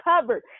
covered